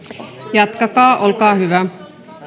jatkakaa olkaa hyvä no niin